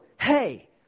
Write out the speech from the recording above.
hey